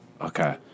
Okay